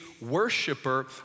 worshiper